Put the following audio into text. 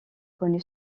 connu